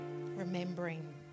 remembering